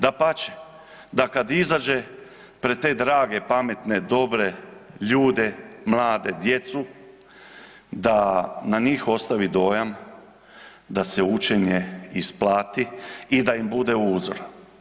Dapače, da kad izađe pred te pametne, drage, dobre ljude mlade, djecu da na njih ostavi dojam da se učenje isplati i da im bude uzor.